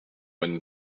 when